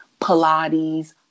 pilates